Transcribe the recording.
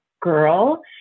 girl